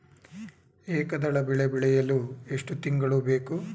ಏಕದಳ ಬೆಳೆ ಬೆಳೆಯಲು ಎಷ್ಟು ತಿಂಗಳು ಬೇಕು?